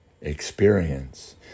experience